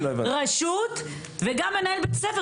לרשות וגם למנהל ביה"ס,